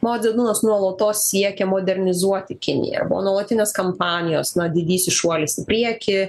mao dzedunas nuolatos siekia modernizuoti kinijąbuvo nuolatinės kampanijos na didysis šuolis į priekį